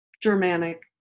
Germanic